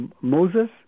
Moses